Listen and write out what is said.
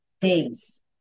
days